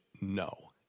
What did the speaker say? No